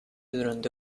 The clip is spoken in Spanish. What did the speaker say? durante